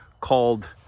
called